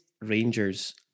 Rangers